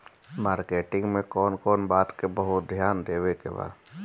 Marketing मे कौन कौन बात के बहुत ध्यान देवे के बा?